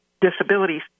disabilities